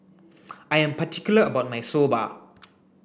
I am particular about my Soba